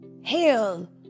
Hail